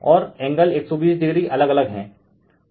और angle 120o अलग अलग हैं